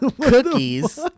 Cookies